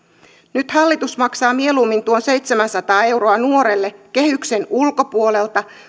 nyt hallitus maksaa mieluummin tuon seitsemänsataa euroa nuorelle kehyksen ulkopuolelta